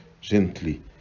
gently